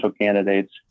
candidates